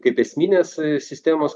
kaip esminės sistemos